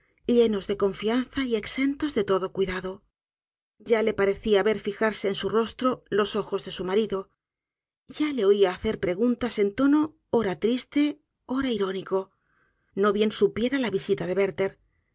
llenos de confianza y exentos de todo cuidado t a le parecía ver fijarse en su rostro los ojos de su marido ya le oia hacerle preguntas en tono ora triste ora irónico no bien supiera la visita de werther